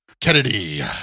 kennedy